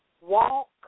walk